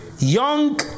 young